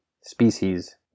species